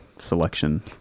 selection